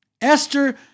Esther